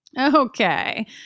Okay